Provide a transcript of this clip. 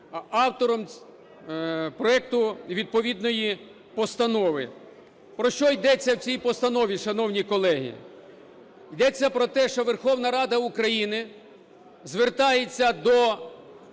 автором проекту відповідної постанови. Про що ідеться в цій постанові, шановні колеги. Йдеться про те, що Верховна Рада України звертається до